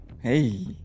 Hey